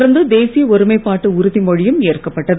தொடர்ந்து தேசிய ஒருமைப்பாட்டு உறுதிமொழியும் ஏற்கப்பட்டது